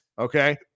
Okay